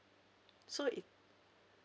so it